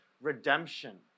redemption